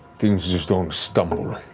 things just don't stumble.